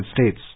states